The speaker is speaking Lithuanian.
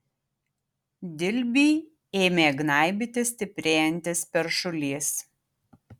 dilbį ėmė gnaibyti stiprėjantis peršulys